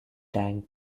tang